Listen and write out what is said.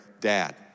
dad